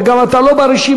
וגם אתה לא ברשימה.